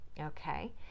Okay